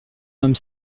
homme